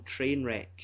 Trainwreck